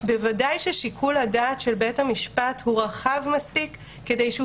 בוודאי ששיקול הדעת של בית המשפט הוא רחב מספיק כדי שהוא